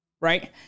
right